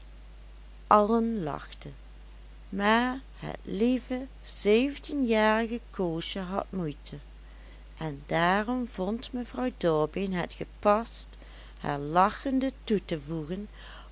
allen lachten maar het lieve zeventienjarige koosje had moeite en daarom vond mevrouw dorbeen het gepast haar lachende toe te voegen